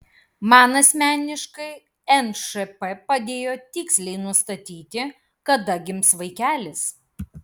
man asmeniškai nšp padėjo tiksliai nustatyti kada gims vaikelis